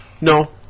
No